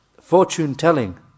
fortune-telling